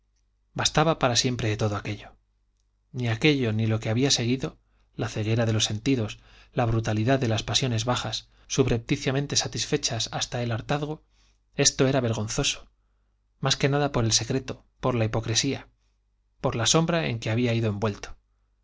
bastaba para siempre de todo aquello ni aquello ni lo que había seguido la ceguera de los sentidos la brutalidad de las pasiones bajas subrepticiamente satisfechas hasta el hartazgo esto era vergonzoso más que por nada por el secreto por la hipocresía por la sombra en que había ido envuelto